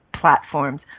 platforms